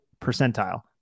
percentile